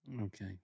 Okay